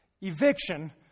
eviction